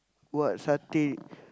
what satay